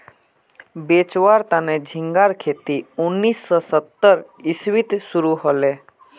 बेचुवार तने झिंगार खेती उन्नीस सौ सत्तर इसवीत शुरू हले